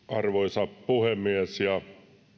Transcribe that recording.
arvoisa puhemies